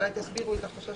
אולי תסבירו את החשש